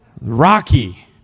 Rocky